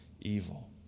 evil